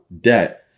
debt